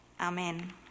Amen